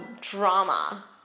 drama